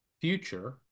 future